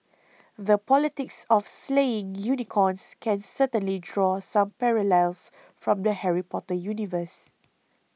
the politics of slaying unicorns can certainly draw some parallels from the Harry Potter universe